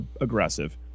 aggressive